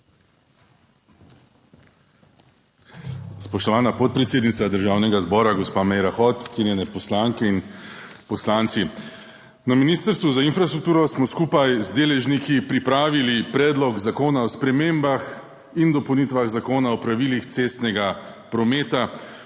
Spoštovana podpredsednica Državnega zbora, gospa Meira Hot, cenjeni poslanke in poslanci! Na Ministrstvu za infrastrukturo smo skupaj z deležniki pripravili Predlog zakona o spremembah in dopolnitvah Zakona o pravilih cestnega prometa,